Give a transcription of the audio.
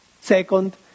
Second